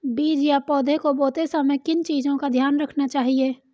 बीज या पौधे को बोते समय किन चीज़ों का ध्यान रखना चाहिए?